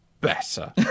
better